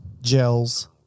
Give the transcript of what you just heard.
gels